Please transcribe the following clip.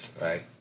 right